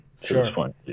Sure